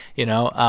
you know,